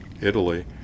Italy